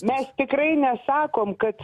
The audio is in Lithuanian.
mes tikrai nesakom kad